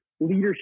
leadership